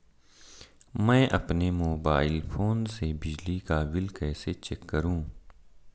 मैं अपने mobile phone से बिजली का बिल कैसे चेक करूं?